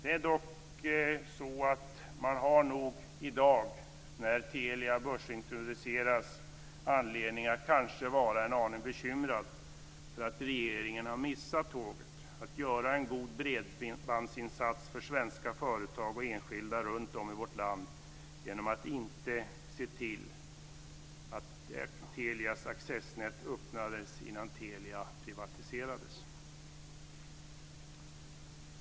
Det är dock så att man i dag, när Telia börsintroduceras, kanske har anledning att vara en aning bekymrad för att regeringen har missat tåget när det gäller att göra en god bredbandsinsats för svenska företag och enskilda runtom i vårt land genom att inte se till att Telias accessnät öppnades innan Telia privatiserades.